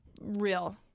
Real